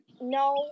no